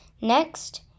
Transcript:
Next